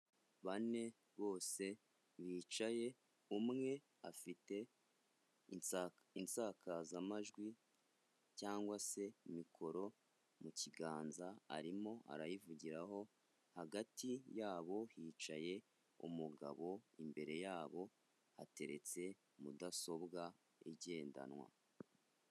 Bane bose bicaye umwe afite insakazamajwi cyangwa se mikoro mu kiganza, arimo arayivugiraho, hagati yabo hicaye umugabo, imbere yabo hateretse mudasobwa igendanwa.